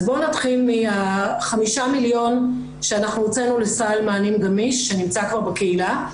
אז בואו נתחיל מה-5 מיליון שהוצאנו לסל מענים גמיש שנמצא כבר בקהילה,